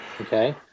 Okay